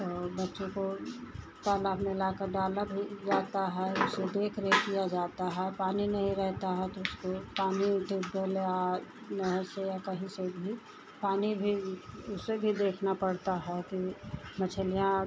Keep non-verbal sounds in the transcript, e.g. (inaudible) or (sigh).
तो बच्चों को तालाब में लाकर डाला भी जाता है उसकी देखरेख की जाती है पानी नहीं रहता है तो उसको पानी (unintelligible) नहर से या कहीं से भी पानी भी उसे भी देखना पड़ता है कि मछलियाँ